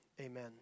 amen